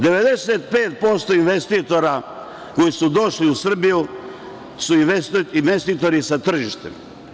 Dakle, 95% investitora koji su došli u Srbiju su investitori sa tržištem.